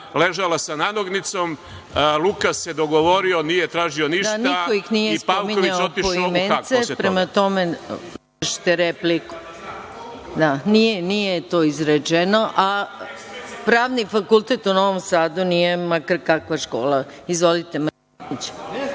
ležala sa nanogicom, Lukas se dogovorio, nije tražio ništa i Pavković je otišao u Hag posle toga.